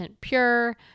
pure